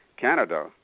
Canada